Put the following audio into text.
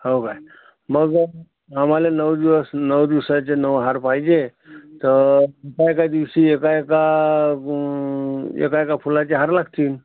हो काय मग आम्हाला नऊ दिवस नऊ दिवसाचे नऊ हार पाहिजे तर पहिल्या दिवशी एका एका एका एका फुलाचे हार लागतील